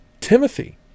Timothy